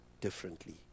differently